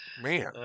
man